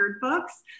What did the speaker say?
books